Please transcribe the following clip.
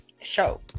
show